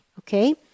okay